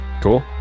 cool